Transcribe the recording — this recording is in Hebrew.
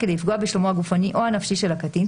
משרד המשפטים,